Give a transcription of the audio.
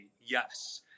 Yes